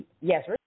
yes